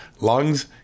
lungs